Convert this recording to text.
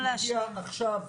הגיע עכשיו,